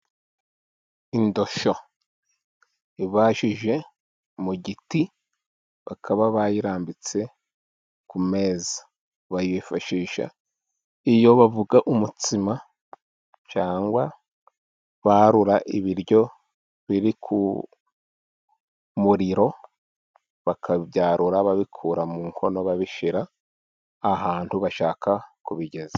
Indoshyo ibaje mu giti bakaba bayirambitse ku meza, bayifashisha iyo bavuga umutsima cyangwa barura ibiryo biri ku muriro bakabyarura babikura mu nkono babishira ahantu bashaka kubigeza.